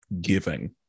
giving